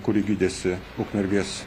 kuri gydėsi ukmergės